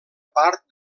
part